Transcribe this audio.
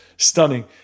Stunning